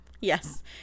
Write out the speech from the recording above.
yes